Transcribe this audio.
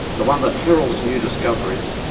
the one that heralds new discoveries,